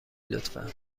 لطفا